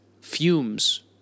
fumes